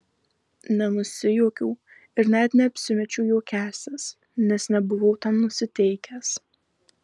nenusijuokiau ir net neapsimečiau juokiąsis nes nebuvau tam nusiteikęs